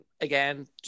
again